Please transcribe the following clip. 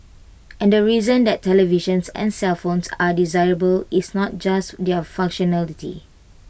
and the reason that televisions and cellphones are desirable is not just their functionality